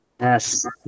Yes